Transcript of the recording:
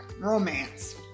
romance